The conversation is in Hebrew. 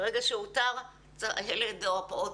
ברגע שאותר הילד או הפעוט,